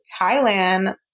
Thailand